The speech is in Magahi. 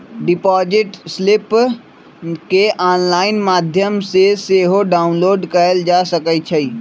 डिपॉजिट स्लिप केंऑनलाइन माध्यम से सेहो डाउनलोड कएल जा सकइ छइ